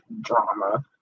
drama